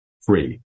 free